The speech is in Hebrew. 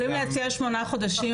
אנחנו יכולים להציע שמונה חודשים,